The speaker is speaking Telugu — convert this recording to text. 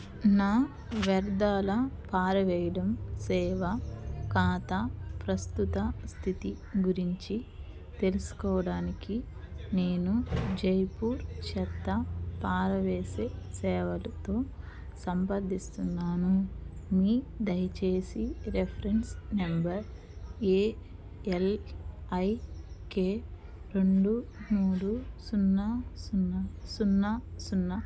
నా వ్యర్థాల పారవెయ్యడం సేవా ఖాతా ప్రస్తుత స్థితి గురించి తెలుసుకోవడానికి నేను జైపూర్ చెత్త పారవేసే సేవలతో సంప్రదిస్తున్నాను మీరు దయచేసి రెఫరెన్స్ నంబర్ ఏఎల్ఐకే రెండు మూడు సున్నా సున్నా సున్నా సున్నా